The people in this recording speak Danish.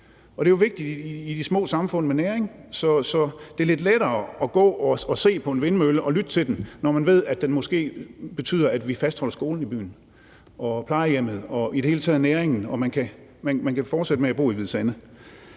med næring i de små samfund. Så det er lidt lettere at gå og se på en vindmølle og lytte til den, når man ved, at den måske betyder, at vi fastholder skolen og plejehjemmet i byen og i det hele taget næringen, og at man kan fortsætte med at bo i Hvide Sande.